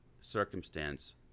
circumstance